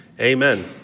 amen